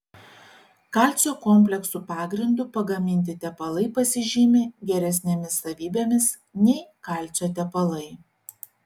kalcio kompleksų pagrindu pagaminti tepalai pasižymi geresnėmis savybėmis nei kalcio tepalai